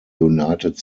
united